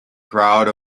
crowd